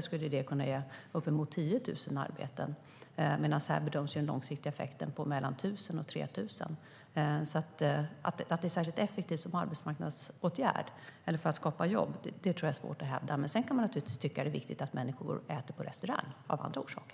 skulle det kunna ge uppemot 10 000 arbeten - bara som ett räkneexempel - medan den långsiktiga effekten med sänkt restaurangmoms bedöms vara mellan 1 000 och 3 000 arbeten. Att det är särskilt effektivt som arbetsmarknadsåtgärd eller för att skapa jobb är alltså svårt att hävda. Men man kan givetvis tycka att det viktigt av andra orsaker att människor går och äter på restaurang.